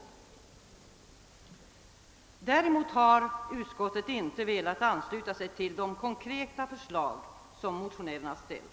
Däremot har utskottet inte velat an sluta sig till de konkreta förslag som motionärerna har ställt.